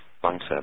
concept